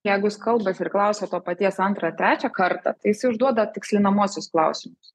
jeigu jis kalbasi ir klausia to paties antrą trečią kartą tai jisai užduoda tikslinamuosius klausimus